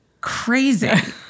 crazy